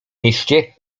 mieście